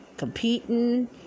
Competing